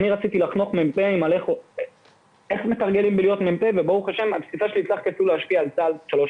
רציתי לחנוך מ"פים וברוך השם הצלחתי אפילו להשפיע על צה"ל שלוש